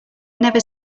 never